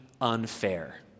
unfair